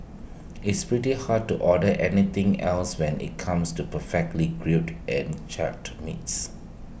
it's pretty hard to order anything else when IT comes to perfectly grilled and charred meats